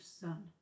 son